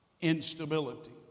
Instability